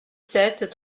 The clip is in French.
sept